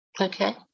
Okay